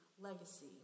legacy